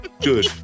Good